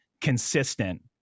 consistent